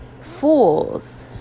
fools